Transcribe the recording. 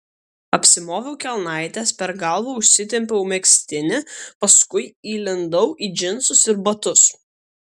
apsimoviau kelnaites per galvą užsitempiau megztinį paskui įlindau į džinsus ir batus